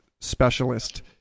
specialist